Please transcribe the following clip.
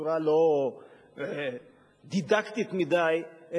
בצורה לא דידקטית מדי,